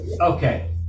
okay